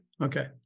Okay